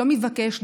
לא מבקש,